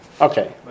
Okay